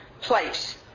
place